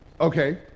Okay